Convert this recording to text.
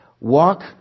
walk